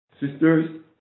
sisters